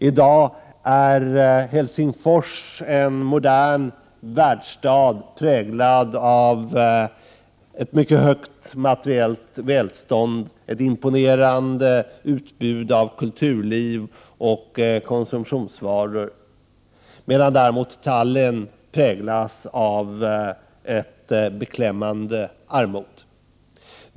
I dag är Helsingfors en modern världsstad präglad av ett mycket högt materiellt välstånd, ett imponerande utbud av kulturliv och konsumtionsvaror, medan däremot Tallinn präglas av ett beklämmande armod.